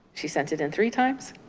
she sent it in three times.